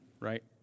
right